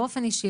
באופן אישי,